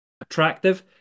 attractive